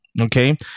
Okay